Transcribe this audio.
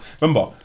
Remember